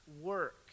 work